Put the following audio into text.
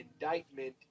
indictment